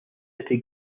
city